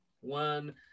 one